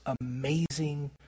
amazing